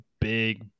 big